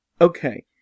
Okay